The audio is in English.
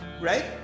right